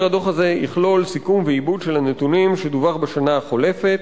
הדוח הזה יכלול סיכום ועיבוד של הנתונים שדווחו בשנה החולפת,